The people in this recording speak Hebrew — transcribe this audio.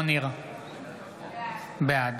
בעד